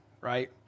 right